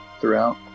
throughout